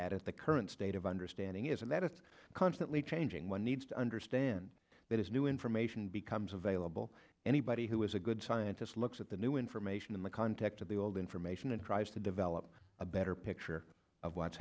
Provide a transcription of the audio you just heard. get at the current state of understanding is a matter of constantly changing one needs to understand that as new information becomes available anybody who is a good scientist looks at the new information in the context of the old information and tries to develop a better picture of what's